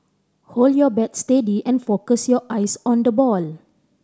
hold your bat steady and focus your eyes on the ball